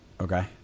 Okay